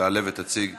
שתעלה ותציג ראשונה.